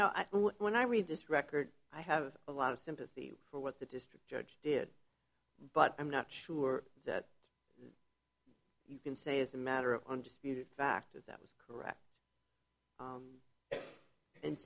know when i read this record i have a lot of sympathy for what the district judge did but i'm not sure that you can say is a matter of undisputed fact that that was correct